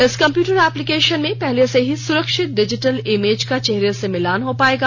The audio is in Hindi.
इस कम्प्यूटर एप्लिकेशन में पहले से ही सुरक्षित डिजिटल इमेज का चेहरे से मिलान हो पाएगा